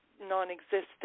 non-existent